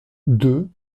deux